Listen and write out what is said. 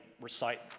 recite